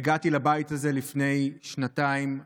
הגעתי לבית הזה לפני שנתיים וחצי.